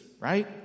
right